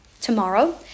tomorrow